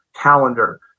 calendar